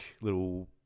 little